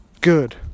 Good